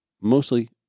mostly